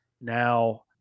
Now